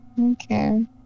Okay